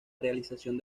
realización